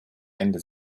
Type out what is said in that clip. ende